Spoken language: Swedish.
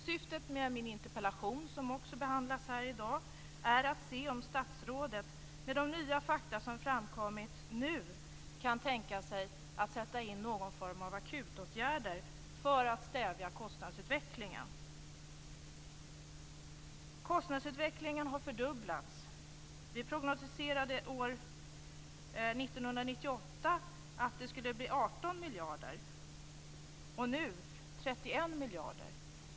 Syftet med min interpellation som också behandlas här i dag är att se om statsrådet med de nya fakta som framkommit nu kan tänka sig att sätta in någon form av akutåtgärder för att stävja kostnadsutvecklingen. Kostnadsutvecklingen har fördubblats. Prognosen för år 1998 var att det skulle bli 18 miljarder - och nu 31 miljarder.